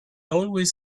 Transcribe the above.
always